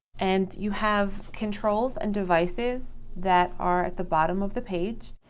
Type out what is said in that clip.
and you have controls and devices that are at the bottom of the page.